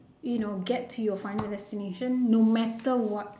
you know get to your final destination no matter what